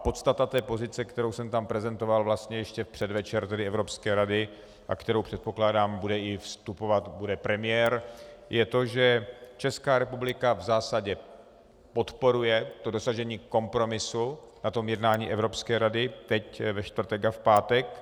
Podstata té pozice, kterou jsem tam prezentoval vlastně ještě v předvečer Evropské rady a kterou, předpokládám, bude i vstupovat, bude premiér, je to, že Česká republika v zásadě podporuje dosažení kompromisu na jednání Evropské rady teď ve čtvrtek a v pátek.